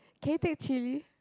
can you take chilli